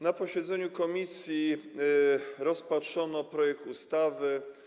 Na posiedzeniu komisji rozpatrzono projekt ustawy.